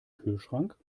kühlschrank